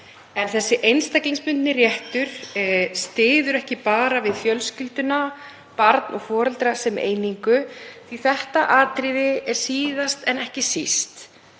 en þessi einstaklingsbundni réttur styður ekki bara við fjölskylduna, barn og foreldra sem einingu, því að þetta atriði er síðast en ekki síst